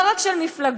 לא רק של מפלגות,